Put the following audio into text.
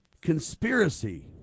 conspiracy